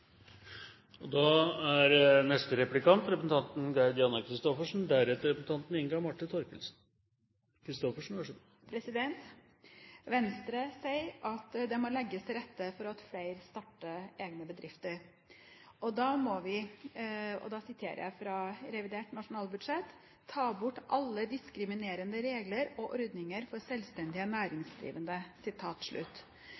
Venstre sier at det må legges til rette for at flere starter egen bedrift. Jeg siterer fra revidert nasjonalbudsjett: «Da må vi ta bort alle diskriminerende regler og ordninger for